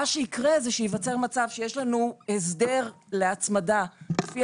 מה שיקרה זה שייווצר מצב שיש לנו הסדר להצמדה לפי